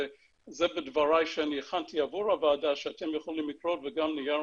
זה בדבריי שאני הכנתי עבור הוועדה שאתם יכולים לקרוא וגם נייר